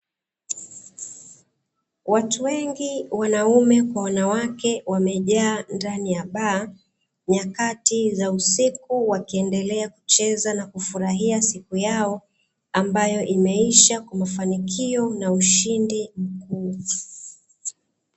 Watu wengi wanaume kwa wanawake wamejaa ndani ya baa nyakati za usiku, wakiendelea kucheza na kufurahia siku yao ambayo imeisha kwa mafanikio na ushindi mkuu.